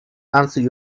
answer